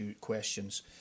questions